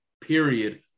period